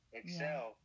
excel